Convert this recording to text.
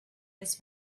his